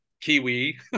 kiwi